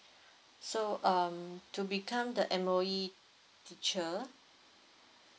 so um to become the M_O_E teacher